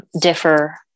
differ